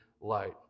light